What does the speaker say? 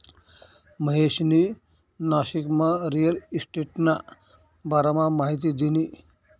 महेशनी नाशिकमा रिअल इशटेटना बारामा माहिती दिनी